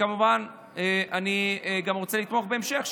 וכמובן אני גם רוצה שיתמכו בהמשך,